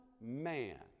man